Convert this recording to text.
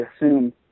assume